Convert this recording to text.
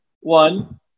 One